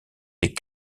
des